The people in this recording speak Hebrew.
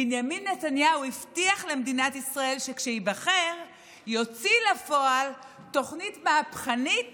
בנימין נתניהו הבטיח למדינת ישראל שכשייבחר יוציא לפועל תוכנית מהפכנית